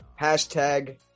Hashtag